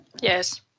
Yes